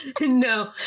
no